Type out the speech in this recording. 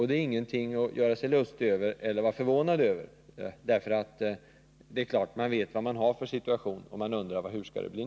Det är ingenting att göra sig lustig över eller bli förvånad över — personalen vet vilken situation man har och undrar hur det skall bli.